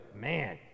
man